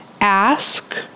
Ask